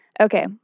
Okay